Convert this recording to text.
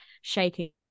shaking